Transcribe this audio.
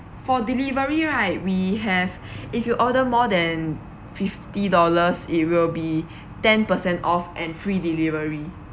for delivery right we have if you order more than fifty dollars it will be ten percent off and free delivery